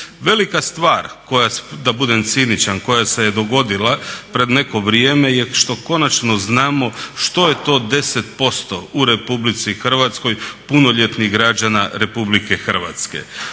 Velika stvar, da budem ciničan, koja se je dogodila pred neko vrijeme je što konačno znamo što je to 10% u RH punoljetnih građana RH.